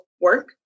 work